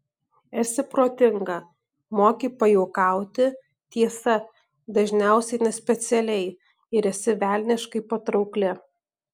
esi protinga moki pajuokauti tiesa dažniausiai nespecialiai ir esi velniškai patraukli